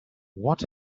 what